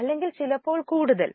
അല്ലെങ്കിൽ ചിലപ്പോൾ കൂടുതൽ